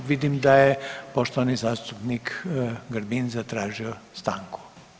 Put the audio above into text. Vidim da je poštovani zastupnik Grbin zatražio stanku.